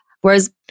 Whereas